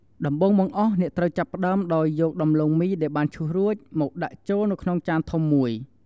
ដំបូងបង្អស់ អ្នកត្រូវចាប់ផ្តើមដោយយក ដំឡូងមីដែលបានឈូសរួច មកដាក់ចូលនៅក្នុងចានធំមួយ។